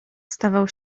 stawał